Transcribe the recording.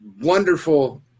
wonderful